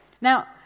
Now